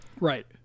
Right